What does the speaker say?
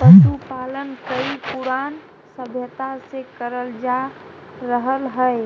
पशुपालन कई पुरान सभ्यता से करल जा रहल हई,